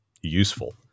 useful